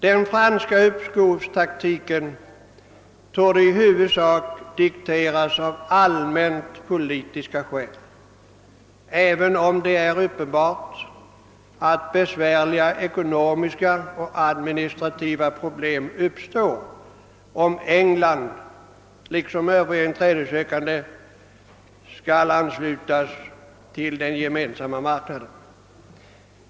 Den franska uppskovstaktiken torde i huvudsak dikteras av allmänt politiska skäl, även om det är uppenbart att besvärliga ekonomiska och administrativa problem uppstår, om England liksom Övriga inträdessökande skall anslutas till Gemensamma marknaden.